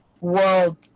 world